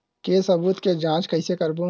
के सबूत के जांच कइसे करबो?